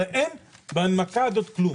הרי אין בהנמקה הזאת כלום.